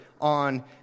on